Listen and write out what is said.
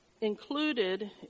included